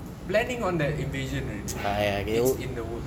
planing on the invasion already it's in the work